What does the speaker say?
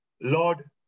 Lord